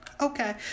Okay